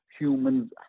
humans